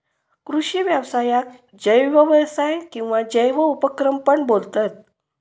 कृषि व्यवसायाक जैव व्यवसाय किंवा जैव उपक्रम पण बोलतत